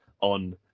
on